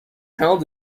held